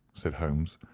said holmes,